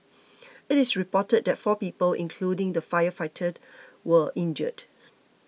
it is reported that four people including the firefighter were injured